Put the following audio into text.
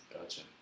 Gotcha